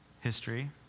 history